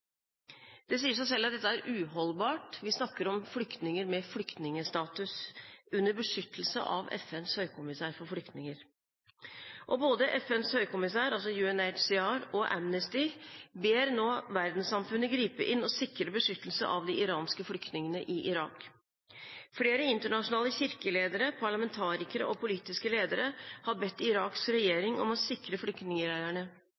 Det sier seg selv at dette er uholdbart. Vi snakker om flyktninger med flyktningstatus under beskyttelse av FNs høykommissær for flyktninger. Både FNs høykommissær, altså UNHCR, og Amnesty ber nå verdenssamfunnet gripe inn og sikre beskyttelse av de iranske flyktningene i Irak. Flere internasjonale kirkeledere, parlamentarikere og politiske ledere har bedt Iraks